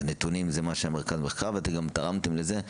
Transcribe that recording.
הנתונים הם של מרכז המידע והמחקר ואתם גם תרמתם לזה,